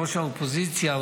ראש האופוזיציה,